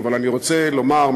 אבל אני רוצה לומר,